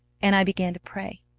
and i began to pray.